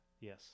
Yes